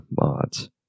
mods